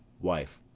wife.